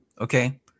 Okay